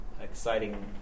exciting